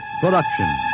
production